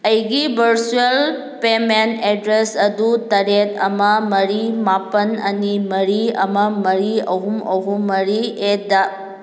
ꯑꯩꯒꯤ virtual payment address ꯑꯗꯨ ꯇꯔꯦꯠ ꯑꯃ ꯃꯔꯤ ꯃꯥꯄꯜ ꯑꯅꯤ ꯃꯔꯤ ꯑꯃ ꯃꯔꯤ ꯑꯍꯨꯝ ꯑꯍꯨꯝ ꯃꯔꯤ ꯑꯦꯠ ꯗ